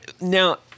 Now